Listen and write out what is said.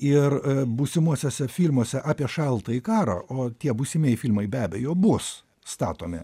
ir būsimuosiuose filmuose apie šaltąjį karą o tie būsimieji filmai be abejo bus statomi